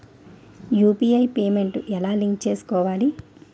UPI payment ఎలా link చేసుకోవాలి?